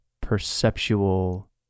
perceptual